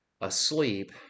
asleep